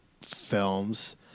films